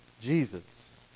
Jesus